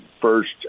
first